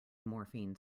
morphine